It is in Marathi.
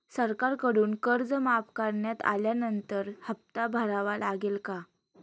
सरकारकडून कर्ज माफ करण्यात आल्यानंतर हप्ता भरावा लागेल का?